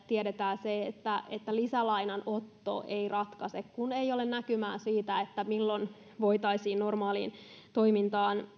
tiedetään että erityisesti palvelualalla lisälainanotto ei ratkaise kun ei ole näkymää siitä milloin voitaisiin palata normaaliin toimintaan